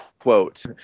quote